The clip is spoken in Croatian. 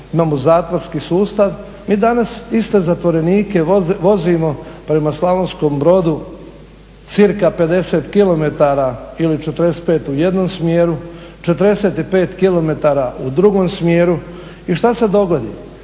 imamo zatvorski sustav. Mi danas iste zatvorenike vozimo prema Slavonskom Brodu cirka 50 km ili 45 u jednom smjeru, 45 km u drugom smjeru. I šta se dogodi?